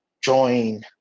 join